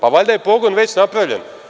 Pa, valjda je pogon već napravljen.